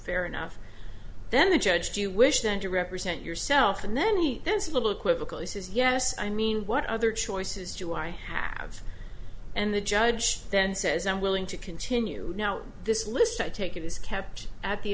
fair enough then the judge do you wish then to represent yourself and then he then said little equivocal this is yes i mean what other choices do i have and the judge then says i'm willing to continue now this list i take it is kept at the